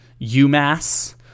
UMass